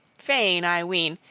fain, i ween,